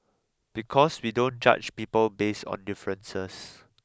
because we don't judge people based on differences